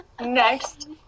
Next